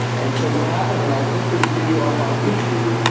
and so what happened when i put this video up on youtube,